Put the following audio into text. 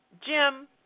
Jim